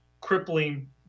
crippling